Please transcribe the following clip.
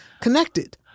connected